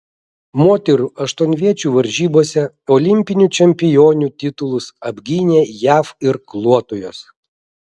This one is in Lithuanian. moterų aštuonviečių varžybose olimpinių čempionių titulus apgynė jav irkluotojos